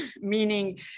meaning